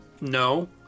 no